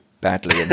badly